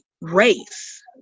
race